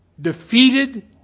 defeated